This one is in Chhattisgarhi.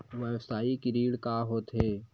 व्यवसायिक ऋण का होथे?